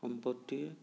সম্পত্তি